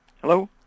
Hello